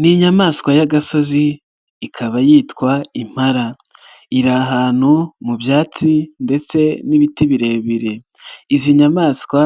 Ni inyamaswa y'agasozi ikaba yitwa impara, iri ahantu mu byatsi ndetse n'ibiti birebire, izi nyamaswa